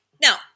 Now